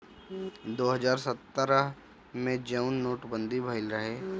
दो हज़ार सत्रह मे जउन नोट बंदी भएल रहे